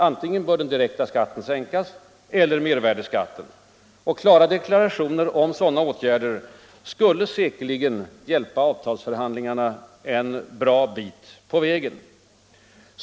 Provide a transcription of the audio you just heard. Antingen bör den direkta skatten sänkas eller också bör mervärdeskatten sänkas. Klara deklarationer om sådana åtgärder skulle säkerligen hjälpa avtalsförhandlingarna en bra bit på vägen.